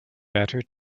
better